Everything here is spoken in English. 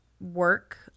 work